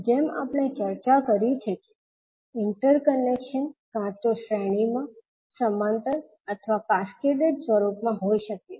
જેમ આપણે ચર્ચા કરી છે કે ઇન્ટરકનેક્શન કાં તો શ્રેણીમાં સમાંતર અથવા કેસ્કેડેડ સ્વરૂપમાં હોઈ શકે છે